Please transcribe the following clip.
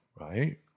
right